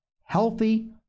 healthy